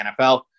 NFL